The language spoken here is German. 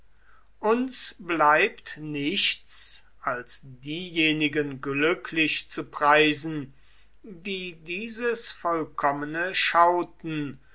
uns bleibt nichts als diejenigen glücklich zu preisen die dieses vollkommene schauten